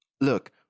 Look